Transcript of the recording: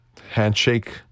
handshake